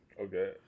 Okay